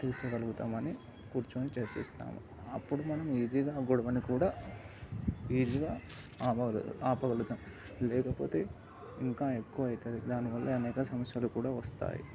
తీర్చగలుగుతామని కూర్చొని చేసేస్తాము అప్పుడు మనం ఈజీగా కూడా గొడవని కూడా ఈజీగా ఆపగలుగు ఆపగలుగుతాము లేకపోతే ఇంకా ఎక్కువైతది దానివల్ల అనేక సమస్యలు కూడా వస్తాయి